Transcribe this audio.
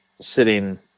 sitting